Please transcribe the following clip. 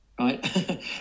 Right